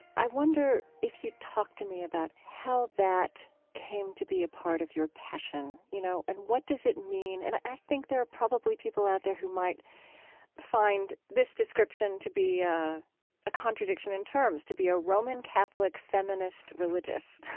i wonder if you'd talk to me about how that came to be a part of your passion, you know, and what does it mean? and i think there are probably people out there who might find this description to be a contradiction in terms, to be a roman catholic feminist religious